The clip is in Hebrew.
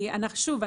שוב,